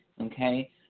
Okay